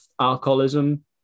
alcoholism